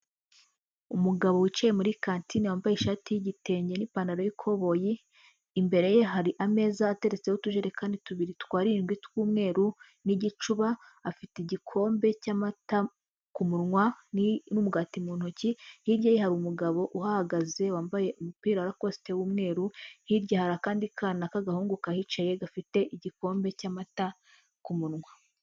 Umugabo wicaye muri kantine wambaye ishati y'igitenge n'ipantaro yukoboyi, imbere ye hari ameza ateretseho utujerekani tubiri tw'arindwi tw'umweru n'igicuba, afite igikombe cy'amata ku munwa n'umugati mu ntoki, hirya ye hari umugabo uhagaze wambaye umupira wa rakosite w'umweru, hirya hari akandi kana k'agahungu gahicaye gafite igikombe cy'amata ku munwa.